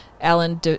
Alan